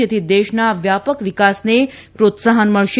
જેથી દેશના વ્યાપક વિકાસને પ્રોત્સાહન મળશે